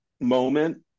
moment